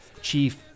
chief